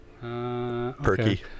Perky